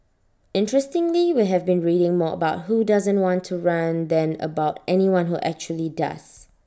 interestingly we have been reading more about who doesn't want to run than about anyone who actually does